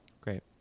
Great